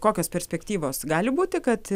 kokios perspektyvos gali būti kad